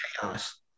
Chaos